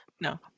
No